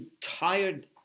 tired